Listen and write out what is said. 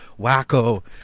wacko